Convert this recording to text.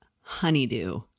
honeydew